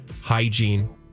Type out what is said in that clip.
hygiene